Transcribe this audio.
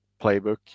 playbook